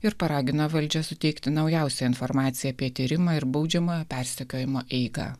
ir paragino valdžią suteikti naujausią informaciją apie tyrimą ir baudžiamojo persekiojimo eigą